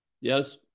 Yes